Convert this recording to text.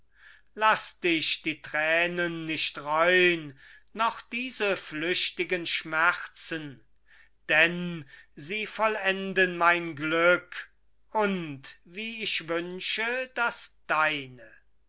laß dich die tränen nicht reun noch diese flüchtigen schmerzen denn sie vollenden mein glück und wie ich wünsche das deine